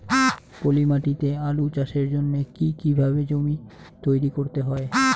পলি মাটি তে আলু চাষের জন্যে কি কিভাবে জমি তৈরি করতে হয়?